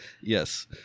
Yes